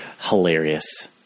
hilarious